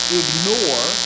ignore